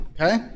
Okay